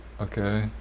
okay